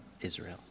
Israel